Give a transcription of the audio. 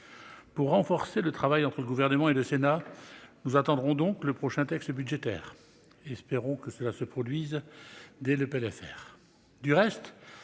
Pour renforcer le travail entre le Gouvernement et le Sénat, nous attendrons donc le prochain texte budgétaire ; espérons que cela soit possible dès le